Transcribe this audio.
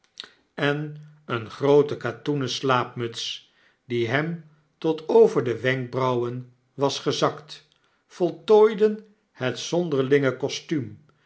en eene groote katoenen slaapmuts die hem tot over de wenkbrauwen was gezakt voltooiden het zonderlinge kostuum